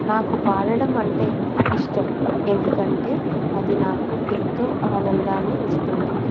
నాకు పాడడం అంటే ఇష్టం ఎందుకంటే అది నాకు ఎంతో ఆనందాన్ని ఇస్తుంది